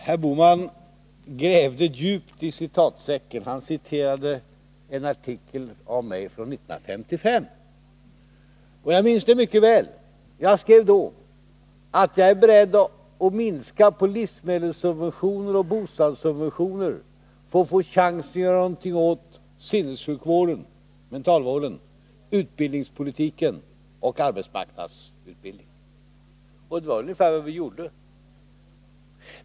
Herr talman! Herr Bohman grävde djupt i citatsäcken. Han citerade en artikel av mig från 1955. Jag minns den mycket väl. Jag skrev då att jag är beredd att minska på livsmedelssubventioner och bostadssubventioner för att få chansen att göra någonting åt mentalvården, utbildningspolitiken och arbetsmarknadsutbildningen. Och det var ungefär vad vi gjorde.